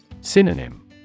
Synonym